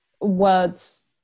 words